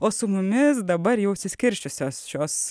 o su mumis dabar jau išsiskirsčiusios šios